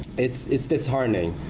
it's it's disheartening.